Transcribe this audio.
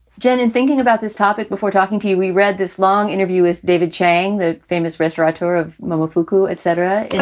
jane, and thinking about this topic before talking to you, we read this long interview with david chang, the famous restaurateur of momofuku, etc. yeah